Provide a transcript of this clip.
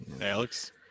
Alex